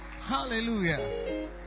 Hallelujah